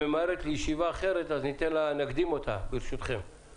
שממהרת לישיבה אחרת, אז נקדים אותה ברשותכם.